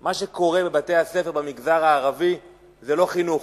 מה שקורה בבתי-הספר במגזר הערבי זה לא חינוך.